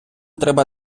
треба